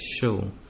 show